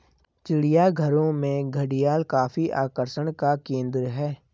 चिड़ियाघरों में घड़ियाल काफी आकर्षण का केंद्र है